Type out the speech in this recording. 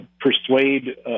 persuade